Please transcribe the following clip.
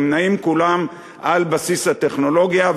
הם נעים כולם על בסיס הטכנולוגיה.